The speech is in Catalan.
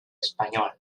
espanyol